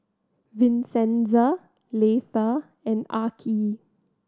Vincenza Leitha and Arkie